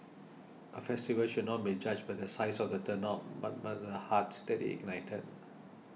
a festival should not be judged by the size of the turnout but by the hearts that it ignited